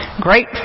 great